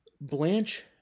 Blanche